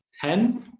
Ten